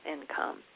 income